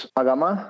agama